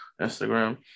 Instagram